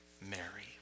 Mary